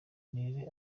nirere